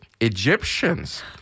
Egyptians